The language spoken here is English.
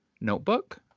notebook